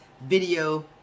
video